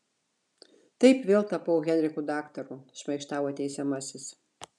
taip vėl tapau henriku daktaru šmaikštavo teisiamasis